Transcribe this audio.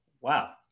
wow